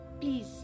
Please